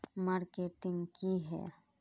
Marketing की है?